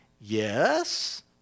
Yes